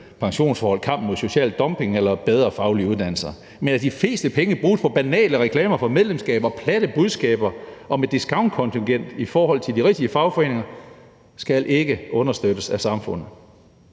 pensionsforhold, kampen mod social dumping eller bedre faglige uddannelser – men at de fleste penge bruges på banale reklamer for medlemskab og platte budskaber og på discountkontingent i forhold til de rigtige fagforeninger, skal ikke understøttes af samfundet.